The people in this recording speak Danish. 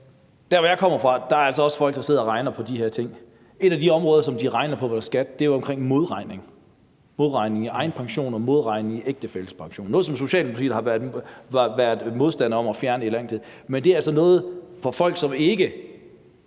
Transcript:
der, hvor jeg kommer fra, er der altså også folk, der sidder og regner på de her ting. Et af de områder, de regner på, er modregningen – det er modregning i egen pension og modregning i ægtefællens pension. Det er noget, som Socialdemokratiet i lang tid har været modstander af at fjerne. Men der er altså folk, der ikke